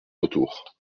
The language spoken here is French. retour